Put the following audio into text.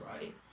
right